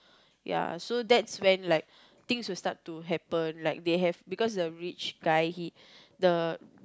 ya so that's when like things will start to happen like they have because the rich guy he the